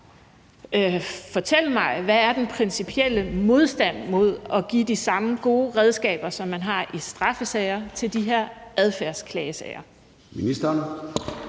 fortælle mig, hvad den principielle modstand er mod at give mulighed for at bruge de samme gode redskaber, som man har i straffesager, i de her adfærdsklagesager?